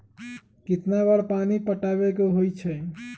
कितना बार पानी पटावे के होई छाई?